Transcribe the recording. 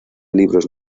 libros